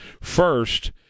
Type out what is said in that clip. first